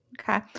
Okay